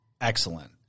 excellent